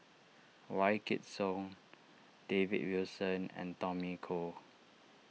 Wykidd Song David Wilson and Tommy Koh